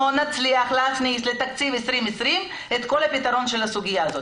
נצליח להכניס לתקציב 2020 את כל הפתרון של הסוגיה הזאת.